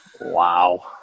Wow